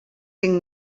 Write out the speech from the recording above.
cinc